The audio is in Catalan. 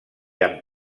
amb